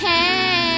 Hey